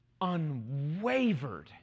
unwavered